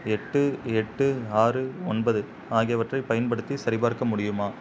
எட்டு எட்டு ஆறு ஒன்பது ஆகியவற்றைப் பயன்படுத்தி சரிபார்க்க முடியுமா